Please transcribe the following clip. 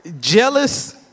jealous